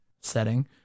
setting